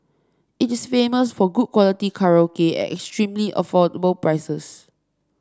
it is famous for good quality karaoke at extremely affordable prices